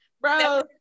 Bro